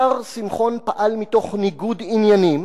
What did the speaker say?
השר שמחון פעל מתוך ניגוד עניינים